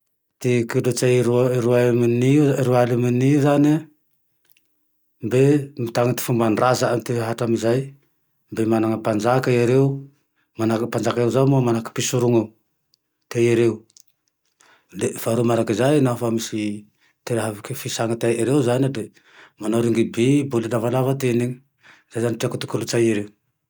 Ty kolotsay Raoam-Roal Roaialy mony io zane e, de mitan" ty fomba ndrazae ty rehe hatramezay, mbe mana mpanjaka ereo, manahaky mpanjaka zao, nanahaky mpisoroneo te ereo, faharoa manary zay lafa misy ty raha vo fihisahy ataniereo zane, manao ringiby, baolina lavalava zay zane ty treako ame kolotsay ereo